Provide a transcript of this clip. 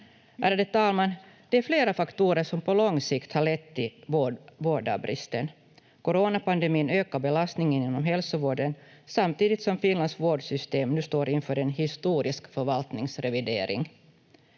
Ärade talman! Det är flera faktorer som på lång sikt har lett till vårdarbristen. Coronapandemin ökade belastningen inom hälsovården samtidigt som Finlands vårdsystem nu står inför en historisk förvaltningsrevidering.